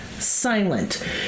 Silent